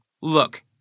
Look